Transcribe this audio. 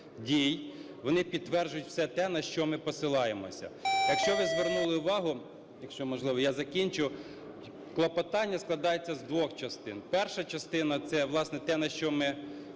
дій, вони підтверджують все те, на що ми посилаємося. Якщо ви звернули увагу… (якщо можливо, я закінчу). Клопотання складається з двох частин. Перша частина – це, власне, те, на що ми… те, що